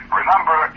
remember